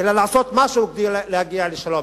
אלא צריך לעשות משהו כדי להגיע לשלום.